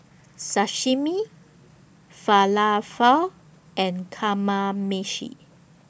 Sashimi Falafel and Kamameshi